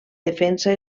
defensa